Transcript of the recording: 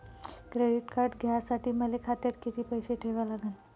Credit card घ्यासाठी मले खात्यात किती पैसे ठेवा लागन?